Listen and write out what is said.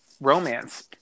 romance